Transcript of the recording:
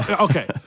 okay